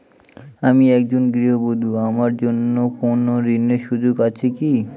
আমি একজন গৃহবধূ আমার জন্য কোন ঋণের সুযোগ আছে কি?